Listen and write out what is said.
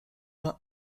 vingt